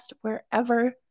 wherever